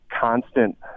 constant